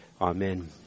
Amen